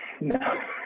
no